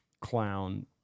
clown